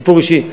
סיפור אישי.